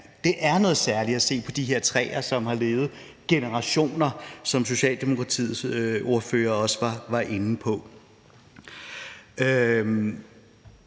Det er noget særligt at se på de her træer, som har levet i generationer, som Socialdemokratiets ordfører også var inde på.